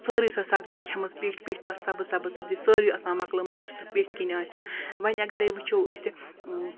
سٲری سۄ سَبزی کھیٚمٕژ پیٚٹھۍ پیٚٹھۍ تَتھ سبز سبز سَبزی سٲری آسان مۄکلٲومٕژ یُس تَتھ پیٚٹھۍ کِن آسہِ وۄنۍ اَگَر وٕچھو أسۍ